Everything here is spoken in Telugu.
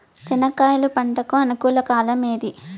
చెనక్కాయలు పంట కు అనుకూలమా కాలం ఏది?